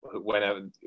whenever